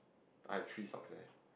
I have three socks there